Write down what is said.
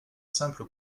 simple